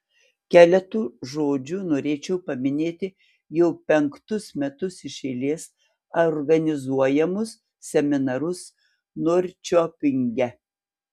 keletu žodžių norėčiau paminėti jau penktus metus iš eilės organizuojamus seminarus norčiopinge